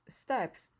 steps